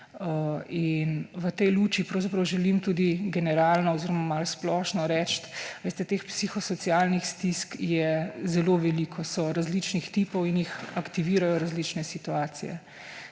se. V tej luči želim tudi generalno oziroma malo splošno reči: veste, teh psihosocialnih stisk je zelo veliko, so različnih tipov in jih aktivirajo različne situacije.